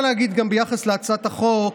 להגיד ביחס להצעת החוק